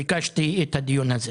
ביקשתי את הדיון הזה.